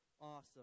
awesome